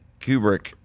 Kubrick